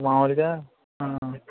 మాములుగా